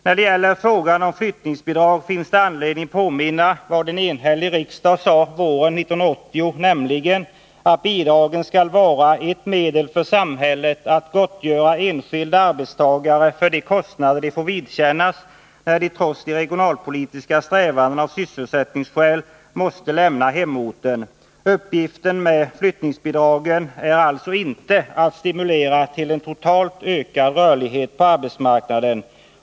När det gäller frågan om flyttningsbidrag finns det anledning att påminna om vad en enhällig riksdag sade våren 1980, nämligen att bidragen skall vara ett medel för samhället att gottgöra enskilda arbetstagare för de kostnader de får vidkännas när de trots de regionalpolitiska strävandena av sysselsättningsskäl måste lämna hemorten. Flyttningsbidragens uppgift är alltså inte att stimulera till en totalt ökad rörlighet på arbetsmarknaden.